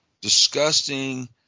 disgusting